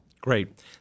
Great